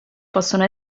possono